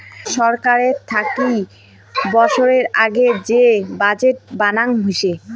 ছরকার থাকি বৎসরের আগেক যে বাজেট বানাং হই